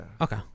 Okay